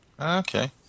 Okay